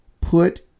put